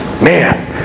Man